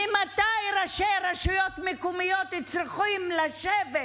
ממתי ראשי רשויות מקומיות צריכים לשבת